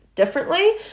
differently